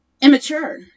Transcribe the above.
immature